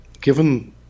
given